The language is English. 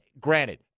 Granted